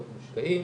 מאוד מושקעים,